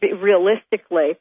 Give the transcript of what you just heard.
realistically